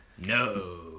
No